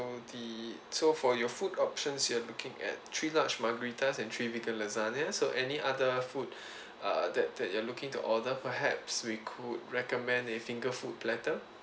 so the so for your food options you are looking at three large margaritas and three vegan lasagne so any other food uh that that you are looking to order perhaps we could recommend a finger food platter